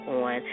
on